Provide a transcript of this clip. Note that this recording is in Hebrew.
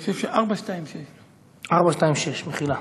אני חושב שזה 426. 426, מחילה.